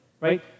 right